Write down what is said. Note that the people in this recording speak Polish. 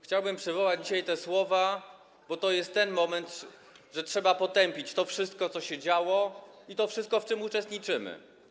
Chciałbym przywołać dzisiaj te słowa, bo to jest ten moment, gdy trzeba potępić to wszystko, co się działo, i to wszystko, w czym uczestniczymy.